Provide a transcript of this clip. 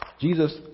Jesus